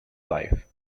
life